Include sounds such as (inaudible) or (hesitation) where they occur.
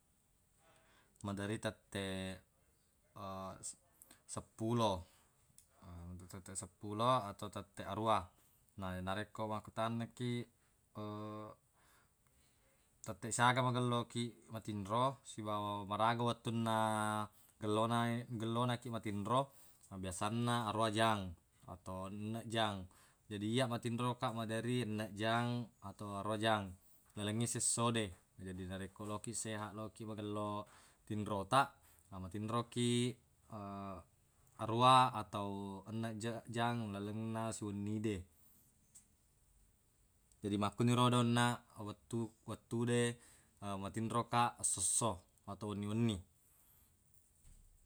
(hesitation) maderri tetteq (hesitation) sep- seppulo, (hesitation) tetteq-tetteq seppulo atau tetteq aruwa. Na narekko makkutanakiq (hesitation) tetteq siaga magello kiq matinro sibawa maraga wettunna gellona- gellonakiq matinro biasanna aruwa jang atau ennejjang. Jadi yya matinro kaq maderi ennejjang atau aruwa jang lalengnge siessode. Jadi narekko lokiq sehaq lokiq magello tinro taq matinro kiq (hesitation) aruwa atau ennejje- jang lalenna siwennide. Jadi makkunirodo onnaq wettu wettude (hesitation) matinro kaq essosso atau wenni-wenni.